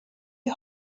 you